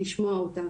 לשמוע אותה,